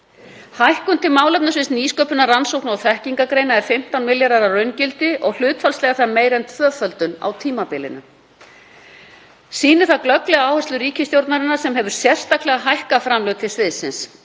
Hækkun til málefnasviðs nýsköpunar, rannsókna og þekkingargreina er 15 milljarðar að raungildi og hlutfallslega er það meira en tvöföldun á tímabilinu. Sýnir það glögglega áherslur ríkisstjórnarinnar sem hefur sérstaklega hækkað framlög til sviðsins.